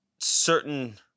certain